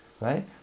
right